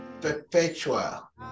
Perpetual